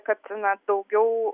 kad na daugiau